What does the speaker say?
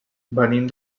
venim